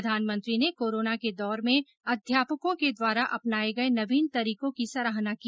प्रधानमंत्री ने कोरोना के दौर में अध्यापकों के द्वारा अपनार्य गये नवीन तरीको की सराहना की